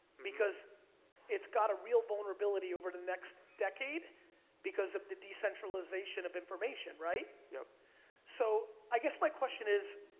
because it's got a real vulnerability over the next decade because of the decentralization of information, right? yeah so, i guess my question is,